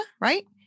right